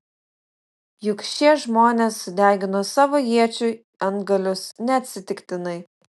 juk šie žmonės sudegino savo iečių antgalius neatsitiktinai